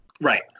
Right